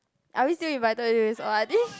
are we still invited to his o_r_d